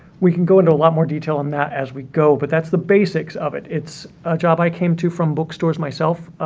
we can go into a lot more detail on that as we go, but that's the basics of it. it's a job i came to from bookstores myself,